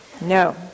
No